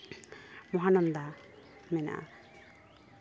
ᱢᱚᱦᱟᱱᱚᱱᱫᱟ ᱢᱮᱱᱟᱜᱼᱟ